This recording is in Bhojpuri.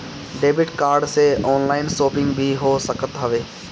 डेबिट कार्ड से ऑनलाइन शोपिंग भी हो सकत हवे